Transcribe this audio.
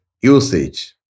usage